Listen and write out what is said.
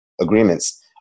agreements